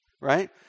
right